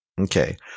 Okay